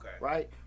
right